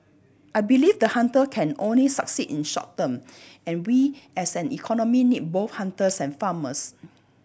I believe the hunter can only succeed in short term and we as an economy need both hunters and farmers